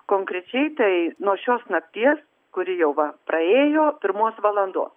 konkrečiai tai nuo šios nakties kuri jau va praėjo pirmos valandos